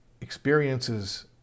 experiences